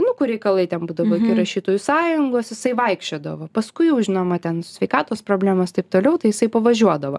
nu kur reikalai ten būdavo iki rašytojų sąjungos jisai vaikščiodavo paskui jau žinoma ten sveikatos problemas taip toliau tai jisai pavažiuodavo